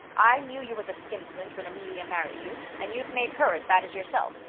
i knew you was a skinflint when amelia married you, and you've made her as bad as yourself.